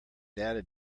data